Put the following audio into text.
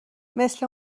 مثل